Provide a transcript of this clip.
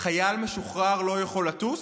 חייל משוחרר לא יכול לטוס?